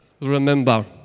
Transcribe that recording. remember